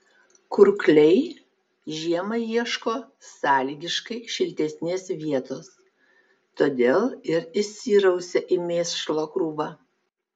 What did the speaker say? kurkliai žiemai ieško sąlygiškai šiltesnės vietos todėl ir įsirausia į mėšlo krūvą